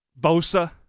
Bosa